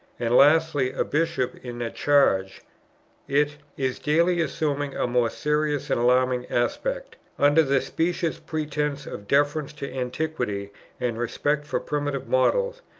and, lastly, a bishop in a charge it is daily assuming a more serious and alarming aspect under the specious pretence of deference to antiquity and respect for primitive models,